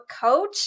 coach